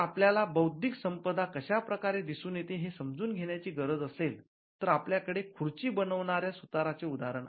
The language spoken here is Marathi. जर आपल्याला बौद्धिक संपदा कशाप्रकारे दिसून येते हे समजून घेण्याची गरज असेल तर आपल्याकडे खुर्ची बनवणाऱ्या सुताराचे उदाहरण आहे